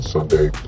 Sunday